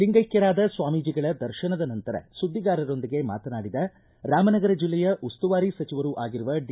ಲಿಂಗೈಕ್ಕರಾದ ಸ್ವಾಮೀಜಿಗಳ ದರ್ಶನದ ನಂತರ ಸುದ್ದಿಗಾರರೊಂದಿಗೆ ಮಾತನಾಡಿದ ರಾಮನಗರ ಜಿಲ್ಲೆಯ ಉಸ್ತುವಾರಿ ಸಚಿವರೂ ಆಗಿರುವ ಡಿ